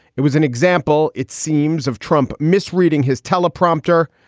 it was an example, it seems, of trump misreading his teleprompter,